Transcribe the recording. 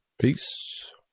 Peace